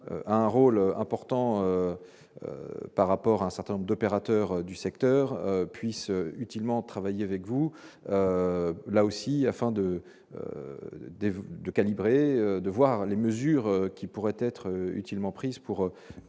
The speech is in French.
un rôle important par rapport à un certain nombre d'opérateurs du secteur puisse utilement travailler avec vous, là aussi, afin de déjouer de calibrer de voir les mesures qui pourraient être utilement prise pour